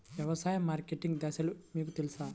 వ్యవసాయ మార్కెటింగ్ దశలు మీకు తెలుసా?